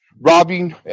robbing